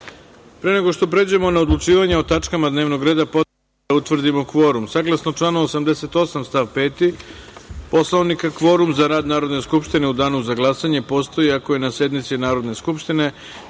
nego što pređemo na odlučivanje o tačkama dnevnog reda, potrebno je da utvrdimo kvorum. Saglasno članu 88. stav 5. Poslovnika, kvorum za rad Narodne skupštine u danu za glasanje postoji ako je na sednici Narodne skupštine